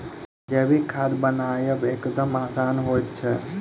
जैविक खाद बनायब एकदम आसान होइत छै